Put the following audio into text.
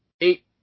eight